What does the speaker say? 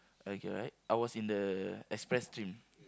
okay right I was in the express stream